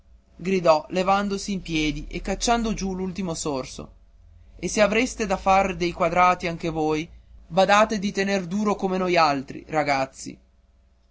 gridò levandosi in piedi e cacciando giù l'ultimo sorso e se avrete da far dei quadrati anche voi badate di tener duro come noi altri ragazzi